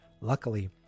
Luckily